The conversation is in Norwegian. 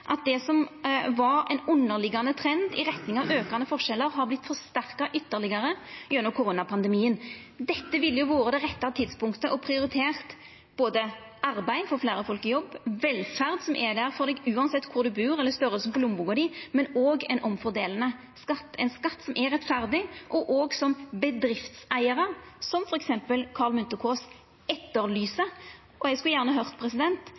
at det som var ein underliggjande trend i retning av aukande forskjellar, har vorte ytterlegare forsterka gjennom koronapandemien. Dette ville vore det rette tidspunktet å prioritera både arbeid, det å få fleire folk i jobb, velferd – som er der for deg uansett kor du bur, eller storleiken på lommeboka di – og ein omfordelande skatt som er rettferdig, og som bedriftseigarar, som f.eks. Karl Munthe-Kaas, etterlyser. Eg skulle gjerne høyrt